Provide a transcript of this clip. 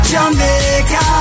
Jamaica